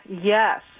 Yes